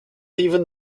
even